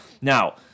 Now